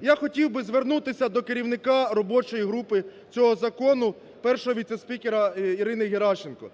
Я хотів би звернутися до керівника робочої групи цього закону – першого віце-спікера Ірини Геращенко.